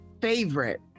favorite